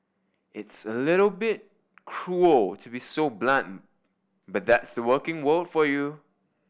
it's a little bit cruel to be so blunt but that's the working world for you